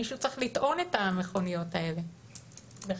מישהו צריך לטעון את המכוניות האלה בחשמל.